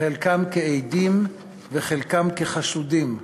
חלקם כעדים וחלקם כחשודים.